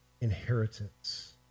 inheritance